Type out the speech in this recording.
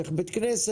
צריך בית כנסת,